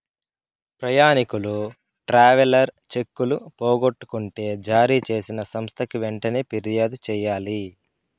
ప్రయాణికులు ట్రావెలర్ చెక్కులు పోగొట్టుకుంటే జారీ చేసిన సంస్థకి వెంటనే ఫిర్యాదు చెయ్యాలి